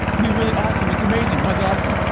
gonna be really awesome, it's amazing, why is it awesome?